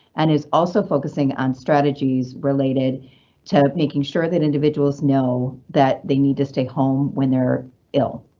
and is also focusing on strategies related to making sure that individuals know that they need to stay home when they're ill.